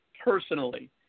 personally